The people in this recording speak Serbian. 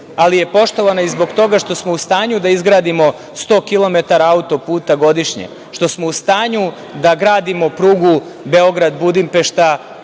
ali je poštovana i zbog toga što smo u stanju da izgradimo 100 kilometara auto-puta godišnje, što smo u stanju da gradimo prugu Beograd–Budimpešta,